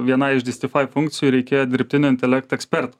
vienai iš distifai funkcijų reikėjo dirbtinio intelekto ekspertų